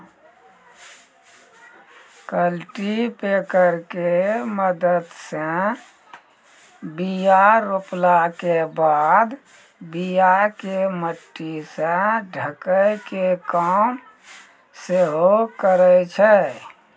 cultipacker के मदत से बीया रोपला के बाद बीया के मट्टी से ढकै के काम सेहो करै छै